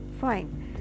fine